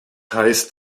heißt